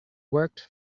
worked